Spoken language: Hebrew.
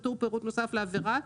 בטור "פירוט נוסף לעבירה",